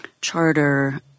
charter